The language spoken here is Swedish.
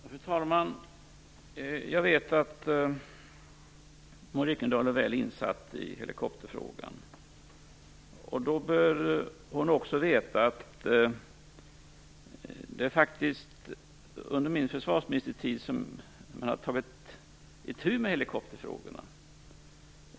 Fru talman! Jag vet att Maud Ekendahl är väl insatt i helikopterfrågan. Då bör hon också veta att det faktiskt är under min försvarsministertid som man har tagit itu med helikopterfrågorna.